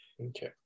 Okay